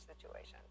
situation